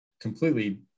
completely